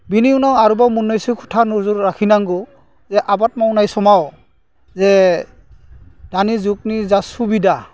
बिनि उनाव आरोबाव मोन्नैसो खोथा नोजोर लाखिनांगौ जे आबाद मावनाय समाव जे दानि जुगनि जा सुबिदा